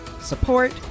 support